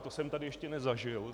To jsem tady ještě nezažil.